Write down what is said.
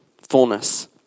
fullness